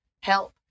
help